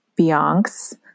Beyonce